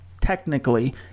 technically